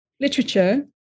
literature